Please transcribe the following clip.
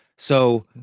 so,